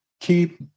keep